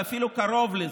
ואפילו לא קרוב לזה.